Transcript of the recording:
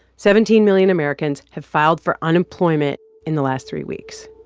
seventeen million americans have filed for unemployment in the last three weeks